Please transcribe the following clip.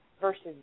versus